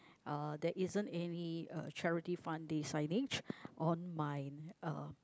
uh there isn't any uh charity fun day signage on my uh